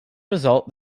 result